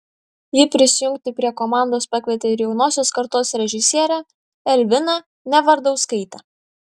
ji prisijungti prie komandos pakvietė ir jaunosios kartos režisierę elviną nevardauskaitę